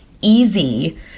easy